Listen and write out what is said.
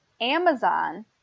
Amazon